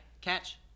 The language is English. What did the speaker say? catch